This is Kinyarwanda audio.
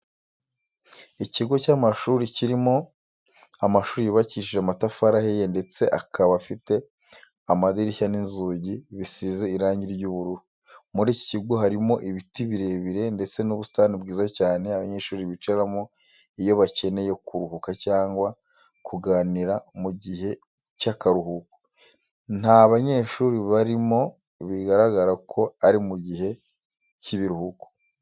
Ikigo cy'amashuri kirimo amashuri yubakishije amatafari ahiye ndetse akaba afite amadirishya n'inzugi bisize irangi ry'ubururu. Muri iki kigo harimo ibiti birebire ndetse n'ubusitani bwiza cyane abanyeshuri bicaramo iyo bakeneye kuruhuka cyangwa kuganira mu gihe cy'akaruhuko. Nta banyeshuri barimo bigaragara ko ari mu gihe cy'ibiruhuko.